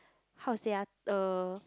how to say ah uh